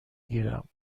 گیرم